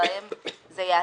שבהם זה ייעשה,